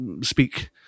speak